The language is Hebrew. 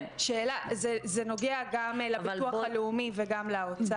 זה נוגע גם לביטוח הלאומי וגם לאוצר.